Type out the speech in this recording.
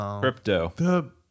Crypto